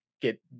get